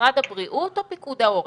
משרד הבריאות או פיקוד העורף?